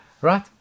Right